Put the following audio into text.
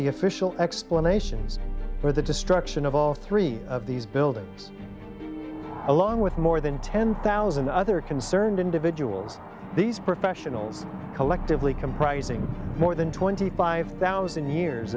the official explanations for the destruction of all three of these buildings along with more than ten thousand other concerned individuals these professionals collectively comprising more than twenty five thousand years